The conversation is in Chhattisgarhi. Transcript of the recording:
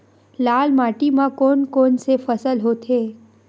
लाल माटी म कोन कौन से फसल होथे?